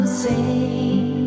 sing